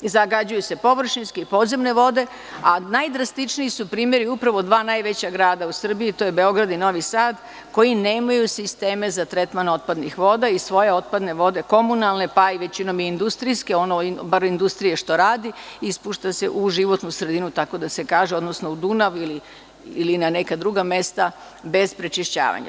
Zagađuju se površinske i podzemne vode, a najdrastičniji su primeri upravo dva najveća grada u Srbiji, to je Beograd i Novi Sad koji nemaju sisteme za tretman otpadnih voda i svoje otpadne vode komunalne, pa i većinom i industrijske, bar one industrije što rade, ispušta se u životnu sredinu, tako da se kaže, odnosno u Dunav ili na neka druga mesta bez prečišćavanja.